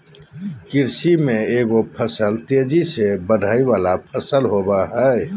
कृषि में एगो फसल तेजी से बढ़य वला फसल होबय हइ